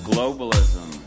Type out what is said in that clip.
Globalism